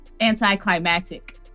anticlimactic